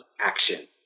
action